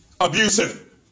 Abusive